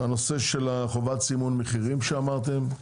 הנושא של חובת סימון מחירים שאמרתם,